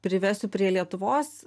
privesiu prie lietuvos